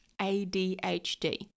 ADHD